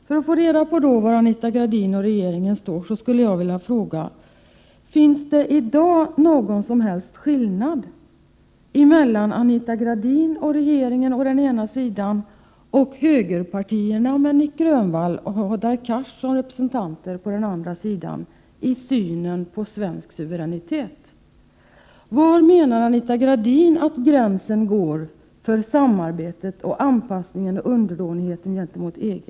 För att få reda på var Anita Gradin och regeringen står skulle jag vilja fråga: Finns det i dag någon som helst skillnad mellan Anita Gradin och regeringen å ena sidan och högerpartierna, med Nic Grönvall och Hadar Cars som representanter, å andra sidan i synen på svensk suveränitet? Var menar Anita Gradin att gränsen går för samarbetet, anpassningen och underdånigheten gentemot EG?